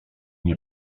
nie